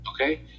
okay